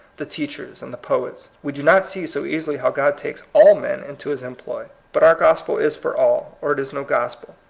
the teachers, and the poets. we do not see so easily how god takes all men into his em ploy. but our gospel is for all, or it is no gospel.